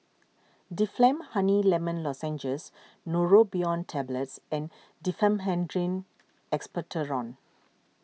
Difflam Honey Lemon Lozenges Neurobion Tablets and Diphenhydramine Expectorant